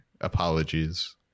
apologies